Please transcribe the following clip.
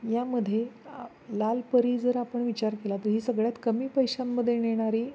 यामध्ये लालपरी जर आपण विचार केला तर ही सगळ्यात कमी पैशांमध्ये येणारी